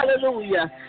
Hallelujah